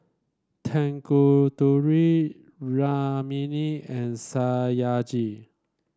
Tanguturi Rukmini and Satyajit